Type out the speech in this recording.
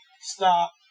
stop